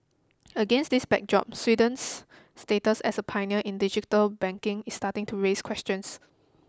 against this backdrop Sweden's status as a pioneer in digital banking is starting to raise questions